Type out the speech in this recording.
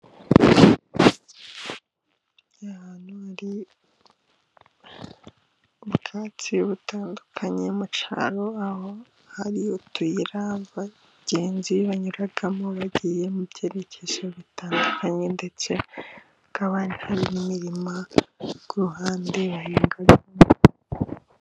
Ahantu hari ubwatsi butandukanye mu cyaro, aho hari utuyira abagenzi banyuramo bagiye mu byerekezo bitandukanye, ndetse hakaba n'imima kuruhande bahingamo.